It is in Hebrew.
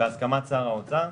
בהסכמת שר האוצר,